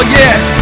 yes